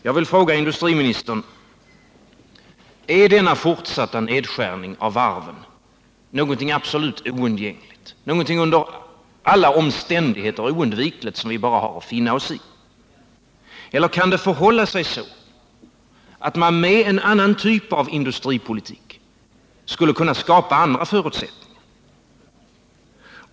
Jag vill fråga industriministern: Är den fortsatta nedskärningen av varven någonting absolut oundgängligt, någonting under alla omständigheter ound: vikligt som vi bara har att finna oss i? Eller skulle man med en annan typ av industripolitik kunna skapa andra förutsättningar?